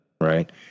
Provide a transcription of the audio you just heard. Right